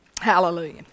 Hallelujah